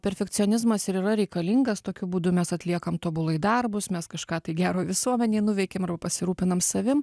perfekcionizmas ir yra reikalingas tokiu būdu mes atliekam tobulai darbus mes kažką tai gero visuomenei nuveikiam arba pasirūpinam savim